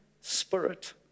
spirit